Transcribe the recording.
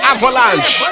Avalanche